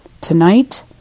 tonight